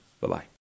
Bye-bye